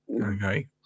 Okay